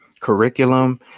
Curriculum